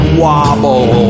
wobble